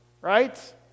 right